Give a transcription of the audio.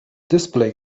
display